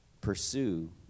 pursue